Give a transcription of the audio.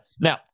Now